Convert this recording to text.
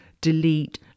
delete